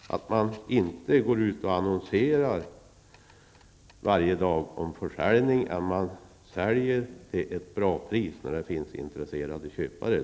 Man går inte ut och annonserar om försäljning varje dag, utan man säljer till ett bra pris när det finns intresserade köpare.